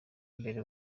imbere